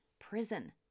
prison